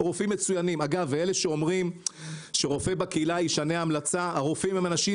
אגב אלה שאומרים שרופא בקהילה ישנה המלצה הרופאים הם אנשים